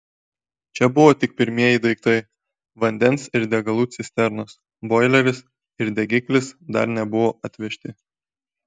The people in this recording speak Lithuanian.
čia buvo tik pirmieji daiktai vandens ir degalų cisternos boileris ir degiklis dar nebuvo atvežti